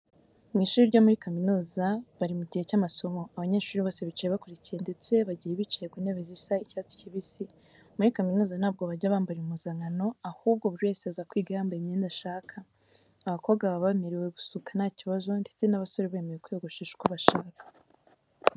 Mu ishuri ryo muri kaminuza bari mu gihe cy'amasomo. Abanyeshuri bose bicaye bakurikiye ndetse bagiye bicaye ku ntebe zisa icyatsi kibisi. Muri kaminuza ntabwo bajya bambara impuzankano, ahubwo buri wese aza kwiga yambaye imyenda ashaka. Abakobwa baba bemerewe gusuka nta kibazo ndetse n'abasore bemerewe kwiyogoshesha uko bashaka.